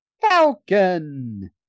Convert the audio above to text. falcon